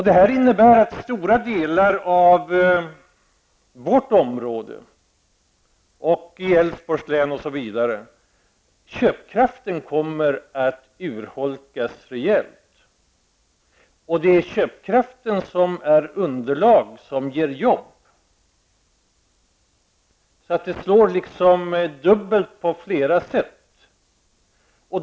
Det här innebär att köpkraften i stora delar av vårt område, i Älvsborgs län osv., kommer att urholkas rejält. Det är köpkraften som är underlag, som ger jobb. Det slår liksom dubbelt på flera sätt.